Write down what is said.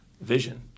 vision